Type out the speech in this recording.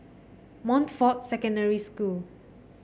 Montfort Secondary School